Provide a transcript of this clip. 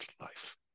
life